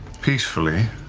peacefully.